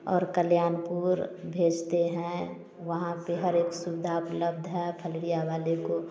और कल्याणपुर भेजते हैं वहाँ पर हर एक सुविधा उपलब्ध है फलेरिया वाले को